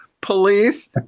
police